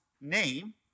name